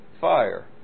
fire